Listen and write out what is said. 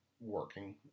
working